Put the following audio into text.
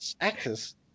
actors